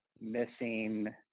missing